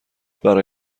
برای